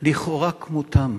לכאורה כמותם,